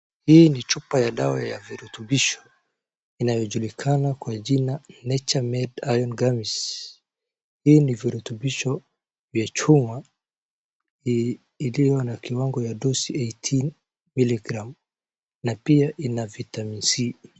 Hii ni chupa ya dawa ya virutubisho inayojulikana kwa jina Nature Made Iron Gummies . Hii ni virutubisho vya chuma iliyo na kiwango ya dozi eighteen milligram na pia ina vitamin C .